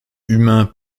humain